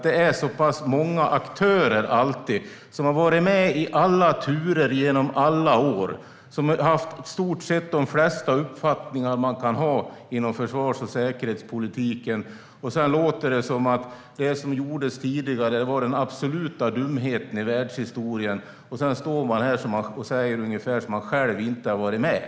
Det är så pass många aktörer som har varit med i alla turer genom alla år och som har haft i stort sett de flesta uppfattningar som man kan ha inom försvars och säkerhetspolitiken, och sedan låter det som att det som gjordes tidigare var det absolut dummaste i världshistorien. Man står här och låter ungefär som att man själv inte har varit med.